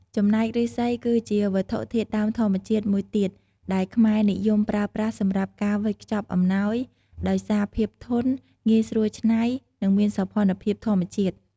ចំណែកឫស្សីគឺជាវត្ថុធាតុដើមធម្មជាតិមួយទៀតដែលខ្មែរនិយមប្រើប្រាស់សម្រាប់ការវេចខ្ចប់អំណោយ ដោយសារភាពធន់ ងាយស្រួលច្នៃ និងមានសោភ័ណភាពធម្មជាតិ។